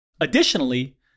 Additionally